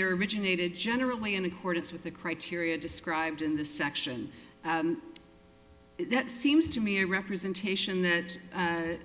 there originated generally in accordance with the criteria described in the section that seems to me a representation that